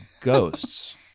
ghosts